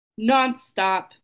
nonstop